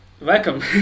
Welcome